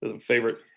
Favorite